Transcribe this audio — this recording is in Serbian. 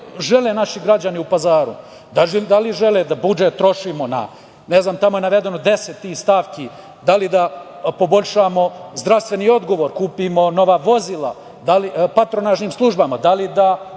šta to žele naši građani u Pazaru - da li žele da budžet trošimo na, tamo je navedeno 10 stavki, da li da poboljšavamo zdravstveni odgovor, kupimo nova vozila patronažnim službama, da li da